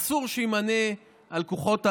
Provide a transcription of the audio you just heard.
אסור שיימנה עם כוחות המילואים,